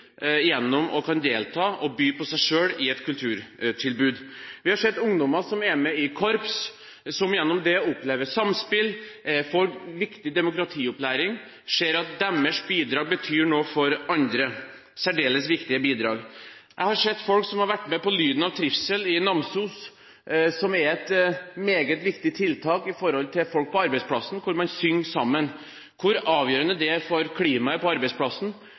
gjennom å kunne delta og by på seg selv i et kulturtilbud. Vi har sett ungdommer som er med i korps, og som gjennom det opplever samspill, får viktig demokratiopplæring og ser at deres bidrag betyr noe for andre – særdeles viktige bidrag. Jeg har sett folk som har vært med på Lyden av trivsel i Namsos – som er et meget viktig tiltak for folk på arbeidsplassen hvor man synger sammen – og hvor avgjørende det er for klimaet på arbeidsplassen.